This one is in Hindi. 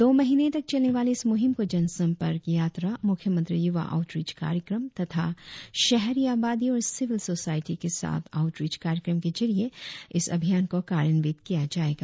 दो महीने तक चलने वाली इस मुहिम को जन संपर्क यात्रा मुख्यमंत्री युवा आउटरिच कार्यक्रम तथा शहरी आबादी और सिविल सोसायटी के साथ आउटरिच कार्यक्रम के जरिये इस अभियान को कार्यान्वित किया जाएगा